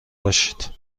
باشید